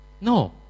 No